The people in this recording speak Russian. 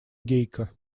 гейка